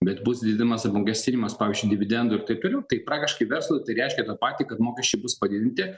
bet bus didinamas apmokestinimas pavyzdžiui dividendų ir taip toliau tai praktiškai verslui tai reiškia tą patį kad mokesčiai bus padidinti